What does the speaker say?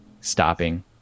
stopping